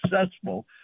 successful